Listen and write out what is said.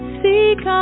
seek